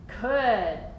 Good